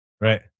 Right